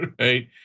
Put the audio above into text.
right